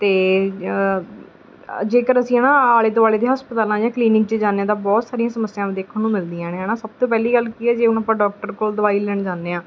ਅਤੇ ਜੇਕਰ ਅਸੀਂ ਹੈ ਨਾ ਆਲੇ ਦੁਆਲੇ ਦੇ ਹਸਪਤਾਲਾਂ ਜਾਂ ਕਲੀਨਿਕ 'ਚ ਜਾਂਦੇ ਹਾਂ ਤਾਂ ਬਹੁਤ ਸਾਰੀਆਂ ਸਮੱਸਿਆਵਾਂ ਦੇਖਣ ਨੂੰ ਮਿਲਦੀਆਂ ਨੇ ਹੈ ਨਾ ਸਭ ਤੋਂ ਪਹਿਲੀ ਗੱਲ ਕੀ ਹੈ ਜੇ ਹੁਣ ਆਪਾਂ ਡਾਕਟਰ ਕੋਲ ਦਵਾਈ ਲੈਣ ਜਾਂਦੇ ਹਾਂ